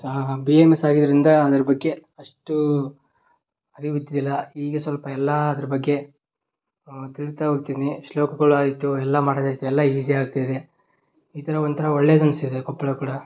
ಸಹ B M S ಆಗಿದ್ದರಿಂದ ಅದ್ರ ಬಗ್ಗೆ ಅಷ್ಟು ಅರಿವು ಇದ್ದಿದ್ದಿಲ್ಲ ಈಗ ಸ್ವಲ್ಪ ಎಲ್ಲಾದ್ರ ಬಗ್ಗೆ ತಿಳಿತ ಹೋಗ್ತಿನಿ ಶ್ಲೋಕಗಳು ಆಯಿತು ಎಲ್ಲ ಮಾಡಿದೆ ಎಲ್ಲ ಈಸಿ ಆಗ್ತಿದೆ ಈ ಥರ ಒಂಥರ ಒಳ್ಳೆದು ಅನಿಸಿದೆ ಕೊಪ್ಪಳ ಕೂಡ